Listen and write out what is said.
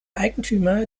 eigentümer